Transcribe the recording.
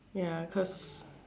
ya cause